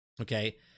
Okay